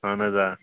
اہَن حظ آ